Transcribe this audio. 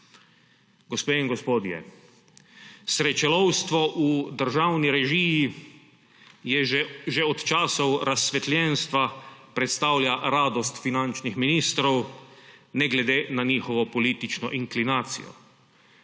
Gospe in gospodje, srečelovstvo v državni režiji že od časov razsvetljenstva predstavlja radost finančnih ministrov ne glede na njihovo politično inklinacijo.